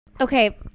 Okay